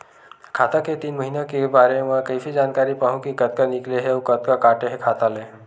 खाता के तीन महिना के बारे मा कइसे जानकारी पाहूं कि कतका निकले हे अउ कतका काटे हे खाता ले?